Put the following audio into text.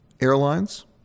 airlines